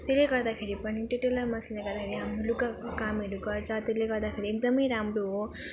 त्यसले गर्दाखेरि पनि त्यो टेलर मेसिनले गर्दाखेरि हाम्रो लुगाको कामहरू गर्छ त्यसले गर्दाखेरि एकदम राम्रो हो